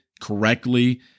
correctly